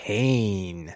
Pain